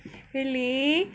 really